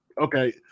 Okay